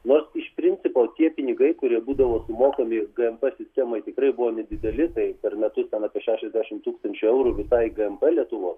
nors iš principo tie pinigai kurie būdavo sumokami gmp sistemai tikrai buvo nedideli tai per metus ten apie šešiasdešim tūkstančių eurų visai gmp lietuvos